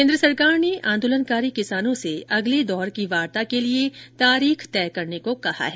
केन्द्र सरकार ने आंदोलनकारी किसानों से अगले दौर की वार्ता के लिए तारीख तय करने को कहा है